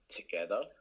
together